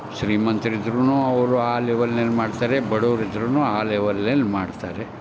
ಶ್ರೀಮಂತ್ರು ಇದ್ರೂ ಅವರು ಆ ಲೆವೆಲ್ನಲ್ಲಿ ಮಾಡ್ತಾರೆ ಬಡವ್ರು ಇದ್ರೂ ಆ ಲೆವೆಲ್ನಲ್ಲಿ ಮಾಡ್ತಾರೆ